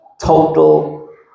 total